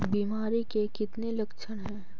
बीमारी के कितने लक्षण हैं?